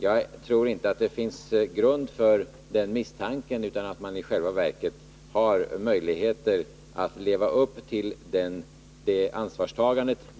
Jag tror inte att det finns grund för den misstanken, utan jag menar att dessa organisationer genom sin inneboende styrka har möjligheter att leva upp till det ansvarstagandet.